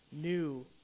new